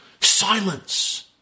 Silence